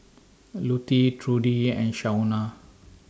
Lutie Trudi and Shaunna